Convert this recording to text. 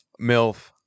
MILF